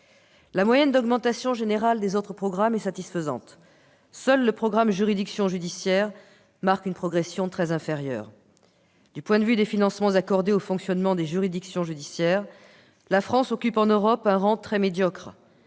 La moyenne d'augmentation générale des autres programmes est satisfaisante. Seul le programme « Justice judiciaire » connaît une progression très inférieure. Du point de vue des financements accordés au fonctionnement des juridictions judiciaires, la France occupe en Europe un rang très médiocre